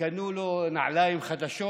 שקנו לו נעליים חדשות.